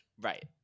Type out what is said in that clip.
Right